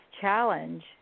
challenge